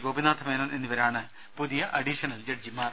ഗോപിനാഥ മേനോൻ എന്നിവരാണ് പുതിയ അഡീഷണൽ ജഡ്ജിമാർ